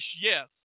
yes